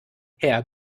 herr